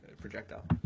projectile